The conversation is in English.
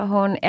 Hon